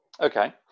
Okay